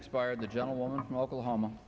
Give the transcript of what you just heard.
expired the gentleman from oklahoma